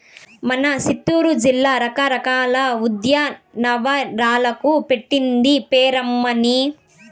మన సిత్తూరు జిల్లా రకరకాల ఉద్యానవనాలకు పెట్టింది పేరమ్మన్నీ